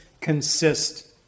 consist